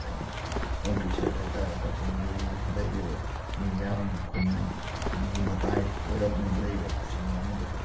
country ꯁꯥꯏꯗ ꯍꯥꯏꯇꯥꯔꯦ ꯀꯛꯆꯤꯡꯒꯤ ꯂꯩꯔꯤꯕ ꯃꯤ ꯃꯌꯥꯝ ꯈꯨꯟꯒꯤ ꯃꯇꯥꯏ ꯑꯣꯏꯔꯞꯅ ꯂꯩꯕ ꯆꯤꯡ ꯑꯃꯗꯁꯨ